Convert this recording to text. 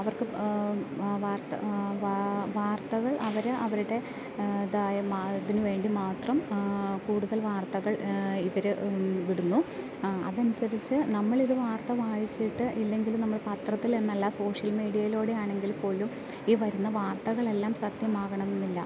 അവർക്ക് വാർത്ത വാർത്തകൾ അവർ അവരുടെ തായ ഇതിന് വേണ്ടി മാത്രം കൂടുതൽ വാർത്തകൾ ഇവർ വിടുന്നു അതനുസരിച്ച് നമ്മളിത് വാർത്ത വായിച്ചിട്ട് ഇല്ലെങ്കിൽ നമ്മൾ പത്രത്തിലെന്നല്ല സോഷ്യൽ മീഡ്യേലൂടെ ആണെങ്കിൽപ്പോലും ഈ വരുന്ന വാർത്തകളെല്ലാം സത്യമാകണമെന്നില്ല